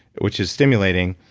which is stimulating.